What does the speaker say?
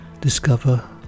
Discover